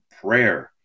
prayer